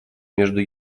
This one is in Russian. между